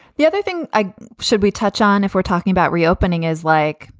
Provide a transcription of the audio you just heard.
the other thing i should we touch on, if we're talking about reopening, is like,